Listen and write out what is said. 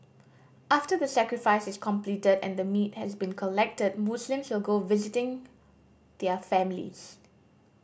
after the sacrifice is completed and the meat has been collected Muslims will go visiting their families